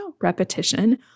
repetition